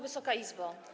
Wysoka Izbo!